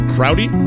Crowdy